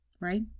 right